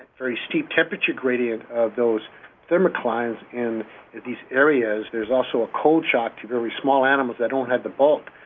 very steep temperature gradient of those thermoclines in these areas. there's also a cold shock to very small animals that don't have the bulk.